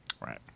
Right